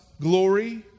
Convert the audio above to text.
glory